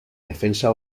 defensa